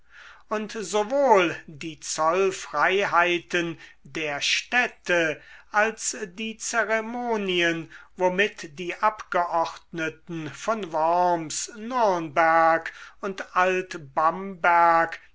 und sowohl die zollfreiheiten der städte als die zeremonien womit die abgeordneten von worms nürnberg und alt bamberg